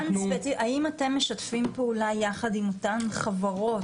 האם אתם משתפים פעולה עם אותן חברות,